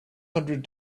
hundred